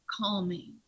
calming